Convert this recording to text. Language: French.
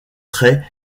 traits